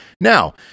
Now